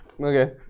Okay